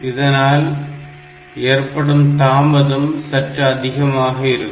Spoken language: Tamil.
இதனால் ஏற்படும் தாமதம் சற்று அதிகமாக இருக்கும்